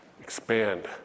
expand